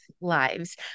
lives